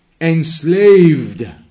enslaved